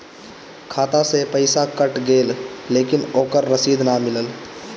खाता से पइसा कट गेलऽ लेकिन ओकर रशिद न मिलल?